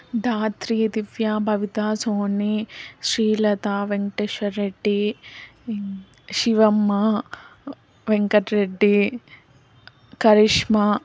Dhatri Divya Babita Soni Srilatha Venkateswara Reddy Shivamma Venkat Reddy Karishma